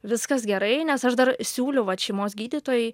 viskas gerai nes aš dar siūliau vat šeimos gydytojai